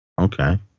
Okay